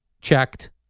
checked